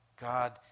God